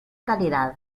calidad